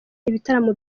ibitaramo